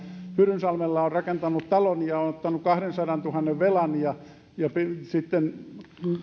hyrynsalmella on on rakentanut talon ja on ottanut kahdensadantuhannen velan ja sitten